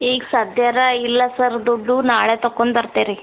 ಈಗ ಸದ್ಯರ ಇಲ್ಲ ಸರ್ ದುಡ್ಡು ನಾಳೆ ತಕೊಂಡು ಬರ್ತೆರಿ